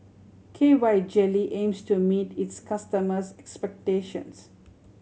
K Y Jelly aims to meet its customers' expectations